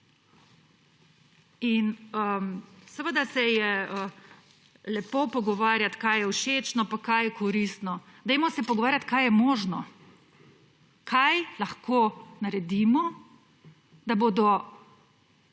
In, seveda se je lepo pogovarjat, kaj je všečno, pa kaj je koristno. Dajmo se pogovarjat, kaj je možno. Kaj lahko naredimo, da bodo